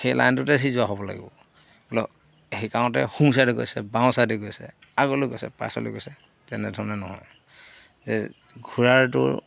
সেই লাইনটোতে সি যোৱা হ'ব লাগিব বোলো সেইকাৰণতে সোঁ ছাইডে গৈছে বাওঁ ছাইডে গৈছে আগলৈ গৈছে পাইছলৈ গৈছে তেনেধৰণে নহয় যে ঘোঁৰাটো